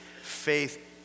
Faith